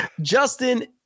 Justin